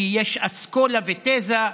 כי יש אסכולה ותזה: